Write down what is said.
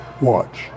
watch